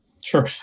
Sure